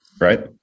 right